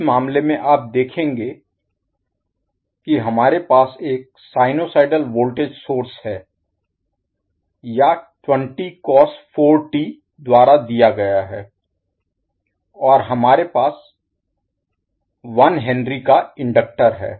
इस मामले में आप देखेंगे कि हमारे पास एक सिनुसाइडल वोल्टेज सोर्स स्रोत Source है या 20cos4t द्वारा दिया गया है और हमारे पास 1H का इंडक्टर है